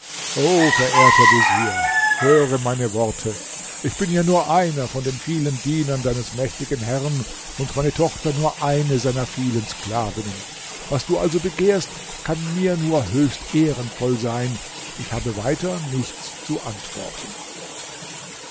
verehrter vezier höre meine worte ich bin ja nur einer von den vielen dienern deines mächtigen herrn und meine tochter nur eine seiner vielen sklavinnen was du also begehrst kann mir nur höchst ehrenvoll sein ich habe weiter nichts zu antworten